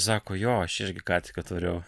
sako jo aš irgi ką tik atvariau